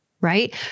right